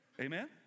Amen